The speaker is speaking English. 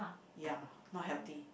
ya not healthy